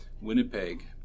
Winnipeg